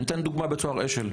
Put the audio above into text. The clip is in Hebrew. אני אתן דוגמה מבית סוהר אשל.